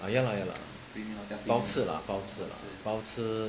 ya lah ya lah 包吃 lah 包吃 lah 包吃